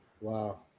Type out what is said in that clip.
Wow